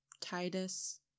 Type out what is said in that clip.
Titus